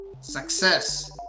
success